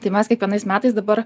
tai mes kiekvienais metais dabar